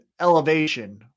elevation